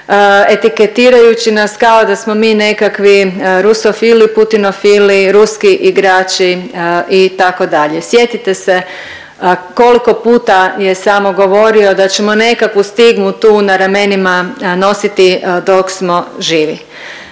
etiketirajući nas kao da smo mi nekakvi rusofili, putinofili, ruski igrači itd. Sjetite se koliko puta je samo govorio da ćemo nekakvu stigmu tu na ramenima nositi dok smo živi.